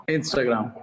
Instagram